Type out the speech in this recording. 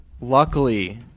Luckily